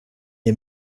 est